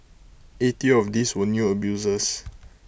eighty of these were new abusers